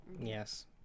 Yes